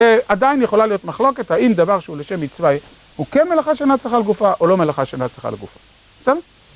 ועדיין יכולה להיות מחלוקת האם דבר שהוא לשם מצווה הוא כן מלאכה שנצחה לגופה או לא מלאכה שנצחה לגופה, בסדר?